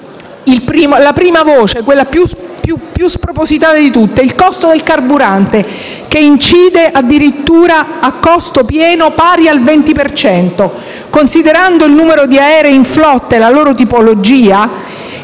la prima voce, quella più spropositata di tutte, il costo del carburante che incide addirittura sul costo pieno per circa il 20 per cento. Considerando il numero di aerei in flotta, la loro tipologia,